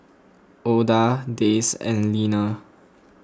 Oda Dayse and Leaner